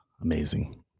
amazing